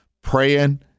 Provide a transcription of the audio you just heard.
praying